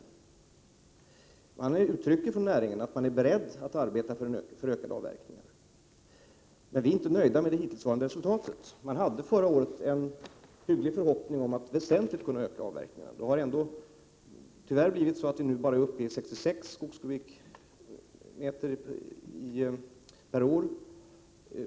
Från näringens sida har man sagt att man är beredd att arbeta för ökade avverkningar. Regeringen är inte höjd med det hittillsvarande resultatet. Förra året fanns en förhoppning om att avverkningarna skulle öka hyggligt mycket. Men tyvärr avverkas det nu bara 66 skogskubikmeter per år.